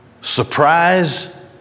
surprise